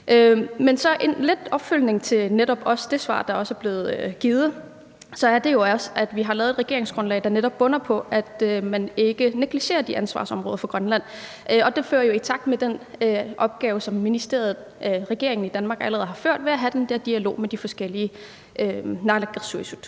Men lidt som en opfølgning på netop også det svar, der blev givet, er det jo sådan, at vi har lavet et regeringsgrundlag, der netop bunder i, at man ikke negligerer de ansvarsområder for Grønland, og det har jo i takt med det, som regeringen i Danmark allerede har gjort, ført til den der dialog med naalakkersuisut.